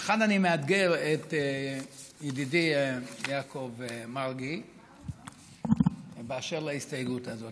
וכאן אני מאתגר את ידידי יעקב מרגי באשר להסתייגות הזאת.